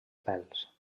pèls